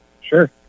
Sure